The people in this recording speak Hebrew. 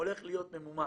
הולך להיות ממומש,